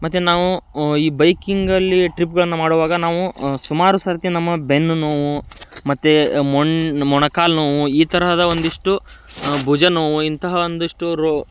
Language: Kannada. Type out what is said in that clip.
ಮತ್ತು ನಾವು ಈ ಬೈಕಿಂಗಲ್ಲಿ ಟ್ರಿಪ್ಗಳನ್ನ ಮಾಡುವಾಗ ನಾವು ಸುಮಾರು ಸರ್ತಿ ನಮ್ಮ ಬೆನ್ನು ನೋವು ಮತ್ತು ಮೊಣ್ ಮೊಣಕಾಲು ನೋವು ಈ ತರಹದ ಒಂದಿಷ್ಟು ಭುಜ ನೋವು ಇಂತಹ ಒಂದಿಷ್ಟು ರೋ